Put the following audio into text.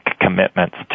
commitments